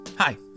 Hi